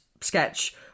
sketch